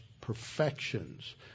perfections